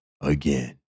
again